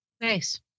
Nice